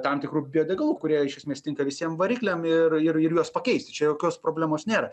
tam tikrų biodegalų kurie iš esmės tinka visiem varikliam ir ir ir juos pakeisti čia jokios problemos nėra